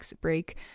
break